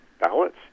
ballots